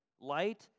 light